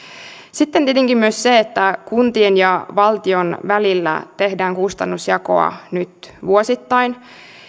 sitten tietenkin on myös se että kuntien ja valtion välillä tehdään kustannusjakoa nyt vuosittain